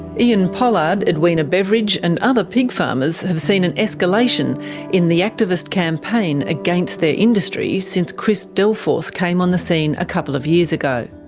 ean pollard, edwina beveridge and other pig farmers have seen an escalation in the activist campaign against their industry since chris delforce came on the scene a couple of years ago.